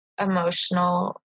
emotional